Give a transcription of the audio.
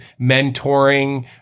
mentoring